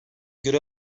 göre